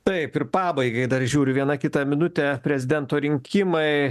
taip ir pabaigai dar žiūriu viena kita minutė prezidento rinkimai